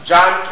John